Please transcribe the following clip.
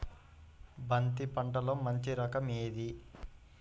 బంతి పంటలో మంచి రకం ఏది?